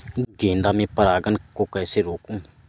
गेंदा में पर परागन को कैसे रोकुं?